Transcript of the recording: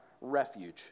refuge